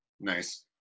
Nice